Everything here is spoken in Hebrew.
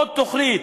עוד תוכנית,